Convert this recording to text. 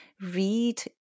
read